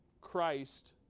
Christ